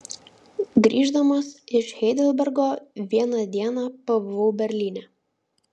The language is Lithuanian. grįždamas iš heidelbergo vieną dieną pabuvau berlyne